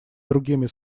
другими